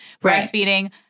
Breastfeeding—